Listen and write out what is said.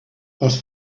pels